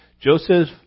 Joseph